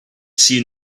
seen